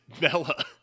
bella